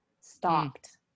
stopped